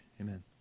Amen